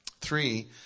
Three